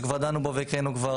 שכבר דנו בו והקראנו כבר